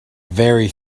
very